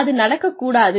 அது நடக்கக்கூடாது